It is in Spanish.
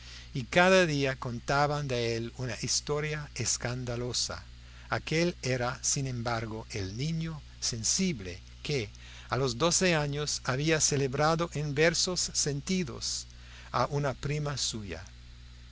y cada día contaban de él una historia escandalosa aquél era sin embargo el niño sensible que a los doce años había celebrado en versos sentidos a una prima suya